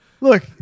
look –